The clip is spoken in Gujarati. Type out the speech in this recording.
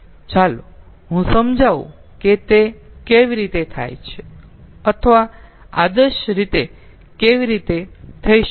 ચાલો હું સમજાવું કે તે કેવી રીતે થાય છે અથવા આદર્શ રીતે કેવી રીતે થઈ શકે છે